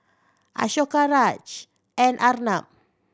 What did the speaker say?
Ashoka Raj and Arnab